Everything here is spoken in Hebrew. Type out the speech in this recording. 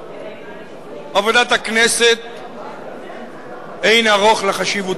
עבודת הכנסת אין ערוך לחשיבותה,